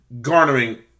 garnering